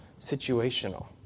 situational